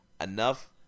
enough